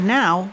now